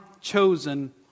chosen